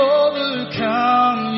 overcome